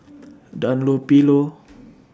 Dunlopillo